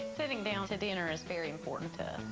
sitting down to dinner is very important